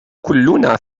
كلنا